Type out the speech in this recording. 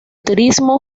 turismo